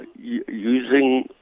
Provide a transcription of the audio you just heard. using